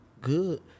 good